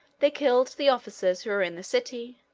they killed the officers who were in the city,